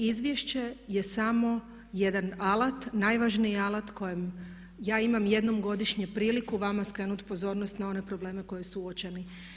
Izvješće je samo jedan alat, najvažniji alat s kojim ja imam jednom godišnje priliku vama skrenuti pozornost na one probleme koji su uočeni.